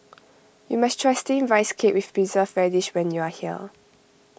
you must try Steamed Rice Cake with Preserved Radish when you are here